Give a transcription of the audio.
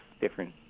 different